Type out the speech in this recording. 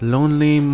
Lonely